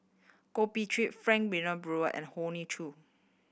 Goh Bin Qiu Frank Wilmin Brewer and Hoey Choo